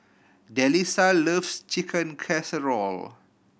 Delisa loves Chicken Casserole